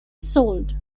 sold